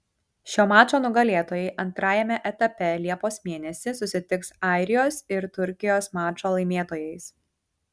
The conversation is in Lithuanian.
šio mačo nugalėtojai antrajame etape liepos mėnesį susitiks airijos ir turkijos mačo laimėtojais